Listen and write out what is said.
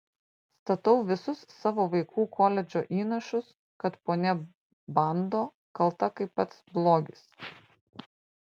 statau visus savo vaikų koledžo įnašus kad ponia bando kalta kaip pats blogis